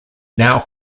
now